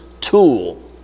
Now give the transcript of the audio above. tool